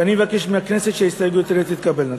ואני מבקש מהכנסת שההסתייגויות האלה תתקבלנה.